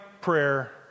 prayer